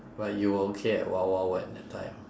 but you were okay at wild wild wet that time